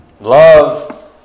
Love